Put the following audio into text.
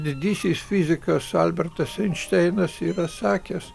didysis fizikas albertas einšteinas yra sakęs